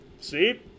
See